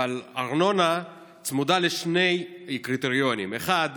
אבל ארנונה צמודה לשני קריטריונים: האחד